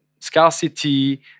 scarcity